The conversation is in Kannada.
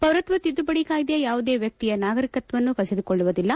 ಪೌರತ್ವ ತಿದ್ದುಪಡಿ ಕಾಯ್ದೆ ಯಾವುದೇ ವ್ಯಕ್ತಿಯ ನಾಗರಿಕತ್ವವನ್ನು ಕಸಿದುಕೊಳ್ಳುವುದಿಲ್ಲ